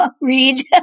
Read